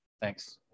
Thanks